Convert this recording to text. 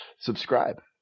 subscribe